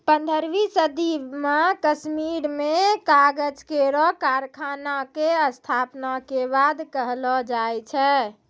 पन्द्रहवीं सदी म कश्मीर में कागज केरो कारखाना क स्थापना के बात कहलो जाय छै